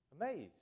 Amazed